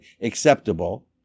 acceptable